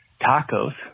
tacos